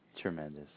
Tremendous